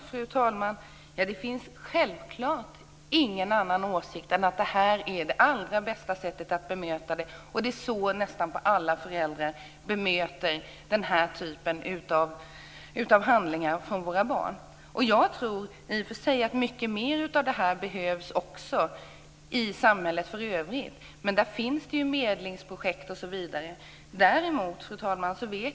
Fru talman! Jag har självfallet ingen annan åsikt än att det här är det allra bästa sättet att bemöta detta. Det är så nästan alla föräldrar bemöter den här typen av handlingar från sina barn. Jag tror i och för sig att det behövs mycket mer av detta i samhället för övrigt. Men det finns ju medlingsprojekt osv. Fru talman!